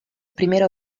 primero